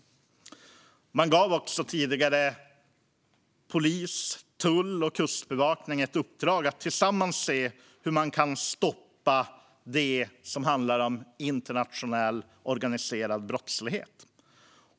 Regeringen har också tidigare har gett polis, tull och kustbevakning i uppdrag att tillsammans se hur man kan stoppa internationell organiserad brottslighet.